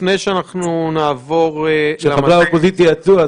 לפני שאנחנו נעבור למתפ"ש --- כשחברי האופוזיציה יצאו,